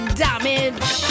damage